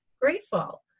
grateful